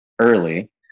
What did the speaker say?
early